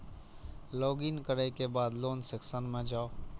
log in करै के बाद लोन सेक्शन मे जाउ